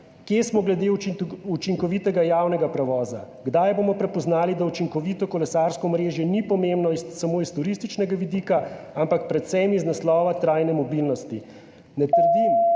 Kje smo glede učinkovitega javnega prevoza? Kdaj bomo prepoznali, da učinkovito kolesarsko omrežje ni pomembno samo s turističnega vidika, ampak predvsem iz naslova trajne mobilnosti. Ne trdim,